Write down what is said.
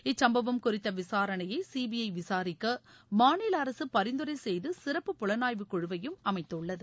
இச்சுப்பவம் குறித்தவிசாரணையைசிபிஐவிசாரிக்கமாநிலஅரசுபரிந்துரைசெய்துசிறப்பு புலனாய்வு குழுவையும் அமைத்துள்ளது